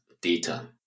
data